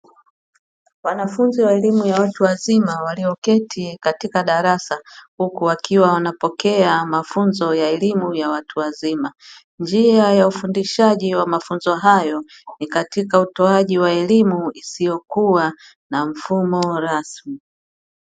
Wanafunzi wa elimu ya watu wazima walioketi katika darasa, huku wakiwa wanapokea mafunzo ya elimu ya watu wazima, njia ya ufundishaji wa mafunzo hayo ni katika utoaji wa elimu isiyo kuwa na mfumo rasmi.